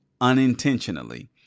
unintentionally